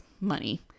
money